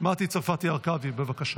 מטי צרפתי הרכבי, בבקשה.